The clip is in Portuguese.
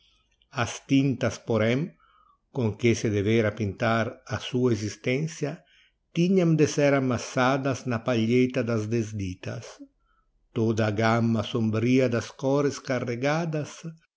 as tintas porém com que se devêra pintar a sua existencia tinham de ser amassadas na palheta das desditas toda a gamma sombria das cores carregadas